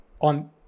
on